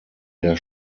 der